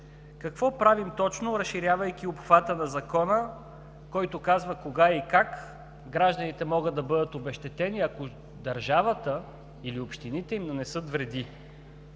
Какво правим точно разширявайки обхвата на Закона, който казва кога и как гражданите могат да бъдат обезщетени, ако държавата или общините им нанесат вреди?